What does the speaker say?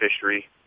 fishery